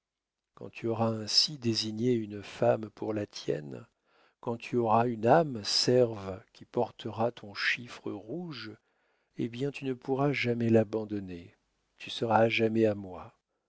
quand tu auras ainsi désigné une femme pour la tienne quand tu auras une âme serve qui portera ton chiffre rouge eh bien tu ne pourras jamais l'abandonner tu seras à jamais à moi